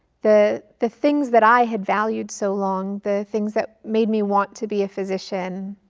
the the things that i had valued so long, the things that made me want to be a physician,